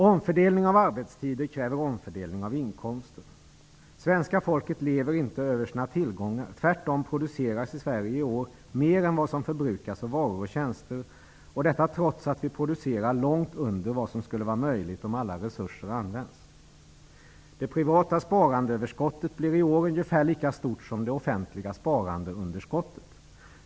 Omfördelning av arbetstider kräver omfördelning av inkomster. Svenska folket lever inte över sina tillgångar, tvärtom produceras i Sverige i år mer än vad som förbrukas av varor och tjänster; detta trots att vi producerar långt under vad som skulle vara möjligt om alla resurser används. Det privata sparandeöverskottet blir i år ungefär lika stort som det offentliga sparandeunderskottet.